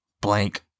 blank